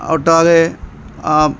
ഒട്ടാകെ ആ